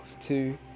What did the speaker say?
two